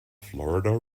florida